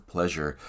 Pleasure